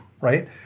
right